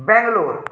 Bangalore